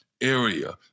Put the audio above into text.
area